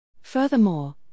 Furthermore